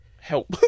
help